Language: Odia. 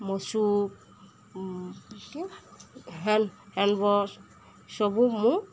ମୋ ସୁ ହେଲ୍ମେଟ୍ ସବୁ ମୁଁ